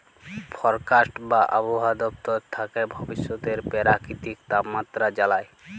forecast বা আবহাওয়া দপ্তর থ্যাকে ভবিষ্যতের পেরাকিতিক তাপমাত্রা জালায়